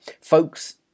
Folks